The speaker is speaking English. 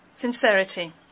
sincerity